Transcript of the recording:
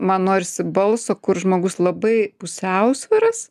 man norisi balso kur žmogus labai pusiausviras